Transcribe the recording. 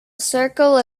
circle